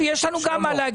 ויש לנו גם מה להגיד בעניין.